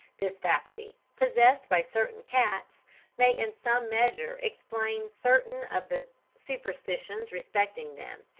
this faculty possessed by certain cats may in some measure explain certain of the superstitions respecting them.